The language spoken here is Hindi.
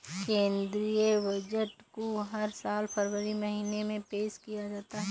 केंद्रीय बजट को हर साल फरवरी महीने में पेश किया जाता है